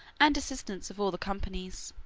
and assistants of all the companies.